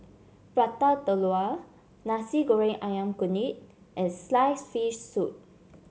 Prata Telur Nasi Goreng ayam Kunyit and slice fish soup